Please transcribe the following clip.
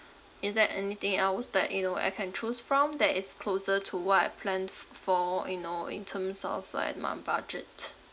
is there anything else that you know I can choose from that is closer to what I planned f~ for you know in terms of like in my budget